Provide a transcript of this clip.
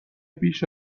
بیش